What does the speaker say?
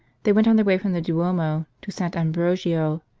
they went on their way from the duomo to sant ambrogio,